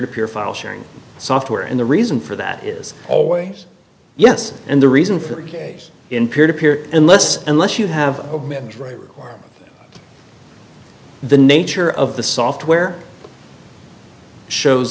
to peer file sharing software and the reason for that is always yes and the reason for the case in peer to peer unless unless you have a driver or the nature of the software shows